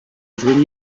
juny